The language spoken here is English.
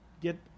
get